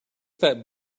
that